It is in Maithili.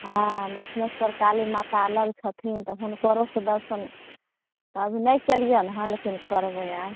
हँ दक्षिनेश्वर काली माता अलग छथिन तऽ हुनकरो से दर्शन अभी नहि कयलियनि हन लेकिन करबै आब